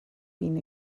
being